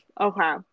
Okay